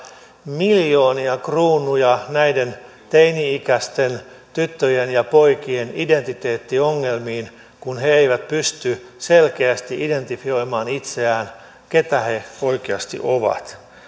miljoonia kruunuja näiden teini ikäisten tyttöjen ja poikien identiteettiongelmiin kun he eivät pysty selkeästi identifioimaan itseään keitä he oikeasti ovat